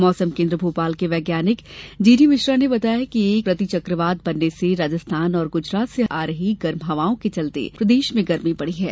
मौसम केन्द्र भोपाल के वैज्ञानिक जीडी मिश्रा ने बताया कि एक प्रति चकवात बनने से राजस्थान और गुजरात से आ रही गर्म हवाओं के चलते प्रदेश में गर्मी बढी है